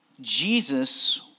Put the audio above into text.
Jesus